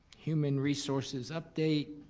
human resources update.